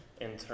intern